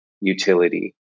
utility